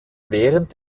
während